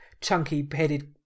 chunky-headed